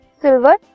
silver